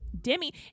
Demi